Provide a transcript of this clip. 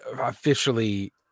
officially